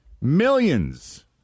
Millions